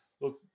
look